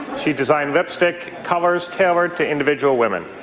she designed lipstick colours tailored to individual women.